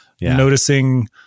noticing